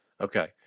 Okay